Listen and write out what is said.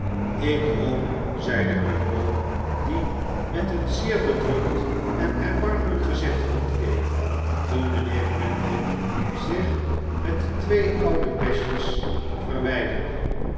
ik hoop zeide bumble die met een zeer bedrukt en erbarmelijk gezicht rondkeek toen mijnheer grimwig zich met de twee oude bestjes verwijderde